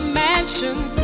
mansions